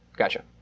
Gotcha